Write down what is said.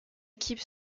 équipe